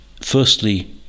firstly